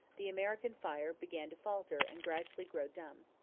the american fire began to falter and gradually grow dumb.